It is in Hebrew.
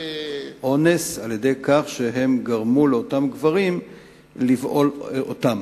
אונס על-ידי כך שהם גרמו לאותם גברים לבעול אותן.